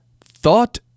Thought